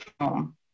home